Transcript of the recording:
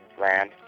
land